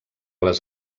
les